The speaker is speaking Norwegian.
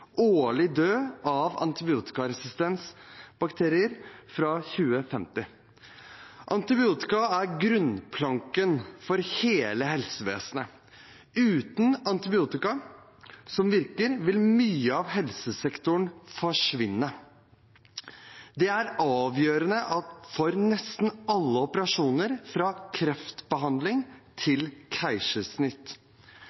årlig dø av antibiotikaresistente bakterier fra 2050. Antibiotika er grunnplanken for hele helsevesenet. Uten antibiotika som virker, vil mye av helsesektoren forsvinne. Det er avgjørende for nesten alle operasjoner, fra kreftbehandling